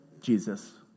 Jesus